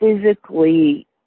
physically